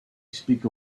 speak